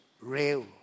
real